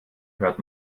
hört